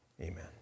Amen